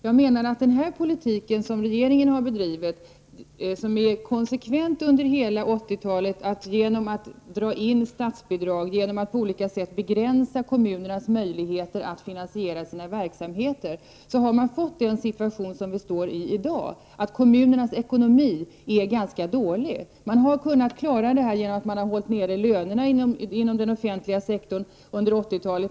Jag menar att den politik som regeringen konsekvent har bedrivit under hela 80 talet, genom att dra in statsbidrag, genom att på olika sätt begränsa kommunernas möjligheter att finansiera sina verksamheter, har gett oss den situation som vi står i i dag, att kommunernas ekonomi är ganska dålig. De har kunnat klara detta genom att hålla nere lönerna inom den offentliga sektorn under 80-talet.